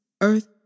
earth